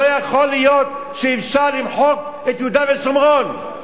לא יכול להיות שאפשר למחוק את יהודה ושומרון.